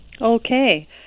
Okay